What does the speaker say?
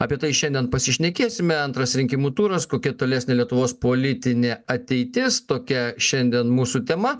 apie tai šiandien pasišnekėsime antras rinkimų turas kokia tolesnė lietuvos politinė ateitis tokia šiandien mūsų tema